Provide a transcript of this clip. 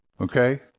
Okay